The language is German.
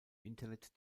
internet